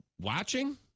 watching